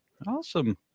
Awesome